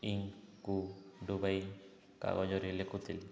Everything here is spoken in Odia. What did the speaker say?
ଇଙ୍କକୁ ଡୁବାଇ କାଗଜରେ ଲେଖୁଥିଲେ